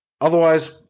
otherwise